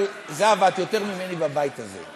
אבל זהבה, את יותר זמן ממני בבית הזה.